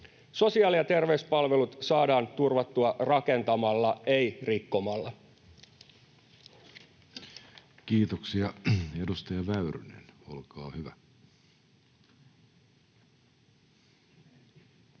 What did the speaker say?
Sosiaali- ja terveyspalvelut saadaan turvattua rakentamalla, ei rikkomalla. Kiitoksia. — Edustaja Väyrynen, olkaa hyvä.